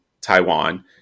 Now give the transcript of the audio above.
Taiwan